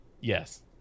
yes